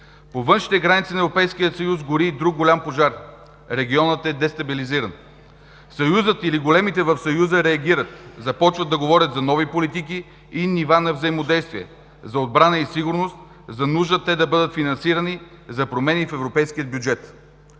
По външните граници на Европейския съюз гори и друг голям пожар – регионът е дестабилизиран. Съюзът или големите в Съюза реагират, започват да говорят за нови политики и нива на взаимодействие, за отбрана и сигурност, за нужда те да бъдат финансирани, за промени в европейския бюджет.